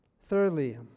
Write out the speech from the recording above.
thirdly